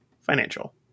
Financial